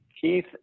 Keith